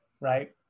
right